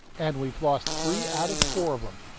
and we've lost three out of four of em,